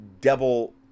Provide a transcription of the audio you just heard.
devil